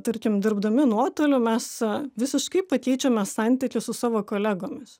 tarkim dirbdami nuotoliu mes visiškai pakeičiame santykius su savo kolegomis